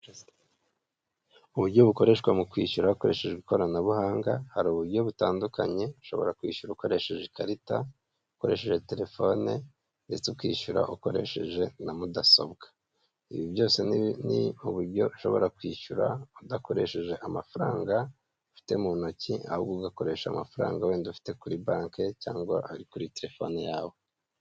Uburyo bukoreshwa mu kwishyura hakoreshejwe ikoranabuhanga, hari uburyo butandukanye ushobora kwishyura ukoresheje ikarita, ukoresheje telefone, ndetse ukishyura ukoresheje na mudasobwa. Ibi byose uburyo ushobora kwishyura udakoresheje amafaranga ufite mu ntoki, ahubwo ugakoresha amafaranga wenda ufite kuri banki cyangwa ari kuri telefone yawe.